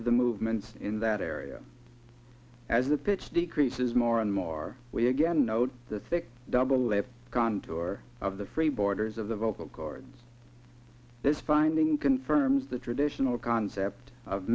of the movements in that area as the pitch decreases more and more we again note the thick double layer gone to our of the free borders of the vocal chords this finding confirms the traditional concept of